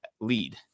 lead